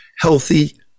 healthy